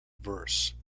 verse